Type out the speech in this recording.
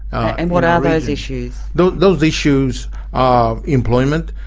and what are those issues? those those issues are employment,